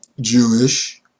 Jewish